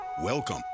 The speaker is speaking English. Welcome